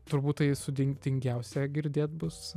turbūt tai sudintingiausia girdėt bus